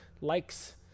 likes